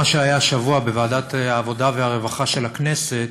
היושב-ראש, תודה רבה, כבוד השר, חברי חברי הכנסת,